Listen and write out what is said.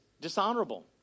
dishonorable